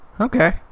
okay